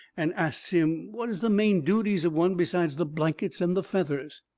and asts him what is the main duties of one besides the blankets and the feathers.